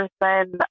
person